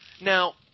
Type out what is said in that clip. Now